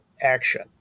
action